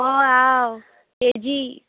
हय हांव हाजी